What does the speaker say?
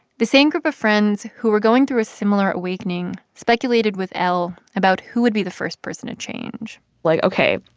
the same group of friends who were going through a similar awakening speculated with l about who would be the first person to change l like, ok.